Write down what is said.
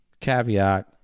Caveat